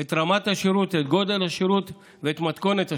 את רמת השירות, את גודל השירות ואת מתכונת השירות.